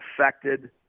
affected